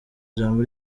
ijambo